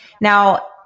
Now